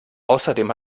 außerdem